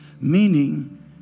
Meaning